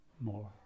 more